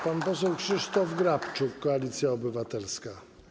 Pan poseł Krzysztof Grabczuk, Koalicja Obywatelska.